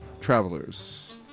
Travelers